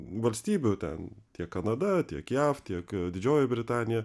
valstybių ten tiek kanada tiek jav tiek didžioji britanija